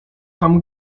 tam